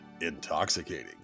intoxicating